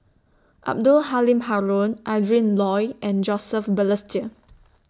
Abdul Halim Haron Adrin Loi and Joseph Balestier